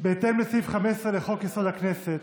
בהתאם לסעיף 15 לחוק-יסוד: הכנסת,